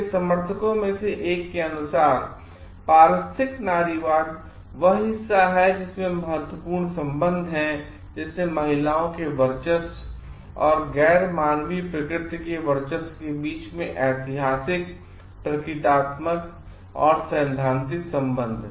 इसके समर्थकों में से एक के अनुसार पारिस्थितिक नारीवाद वह हिस्सा है जिसमें महत्वपूर्ण संबंध हैंजैसे महिलाओं के वर्चस्व और गैर मानवीय प्रकृति के वर्चस्व के बीच ऐतिहासिक प्रतीकात्मक या सैद्धांतिक संबंध